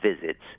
visits